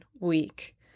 Week